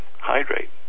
hydrate